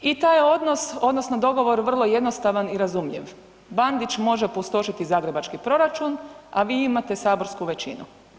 I taj je odnos odnosno dogovor vrlo jednostavan i razumljiv, Bandić može pustošiti zagrebački proračun, a vi imate saborsku većinu.